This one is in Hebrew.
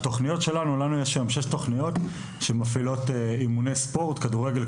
לנו היום יש שש תכניות שמפעילות אימוני ספורט: כדורגל,